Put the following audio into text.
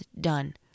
done